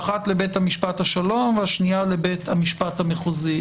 האחת לבית המשפט השלום והשנייה לבית משפט המחוזי.